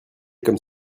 comme